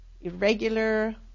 irregular